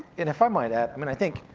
if i might add, i mean, i think